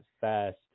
fast